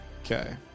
Okay